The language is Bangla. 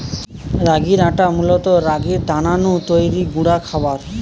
রাগির আটা মূলত রাগির দানা নু তৈরি গুঁড়া খাবার